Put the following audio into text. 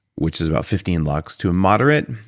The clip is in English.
which is about fifteen lux, to a moderate,